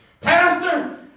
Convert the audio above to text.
Pastor